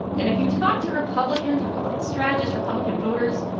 and if you talk to republicans, republican strategists, republican voters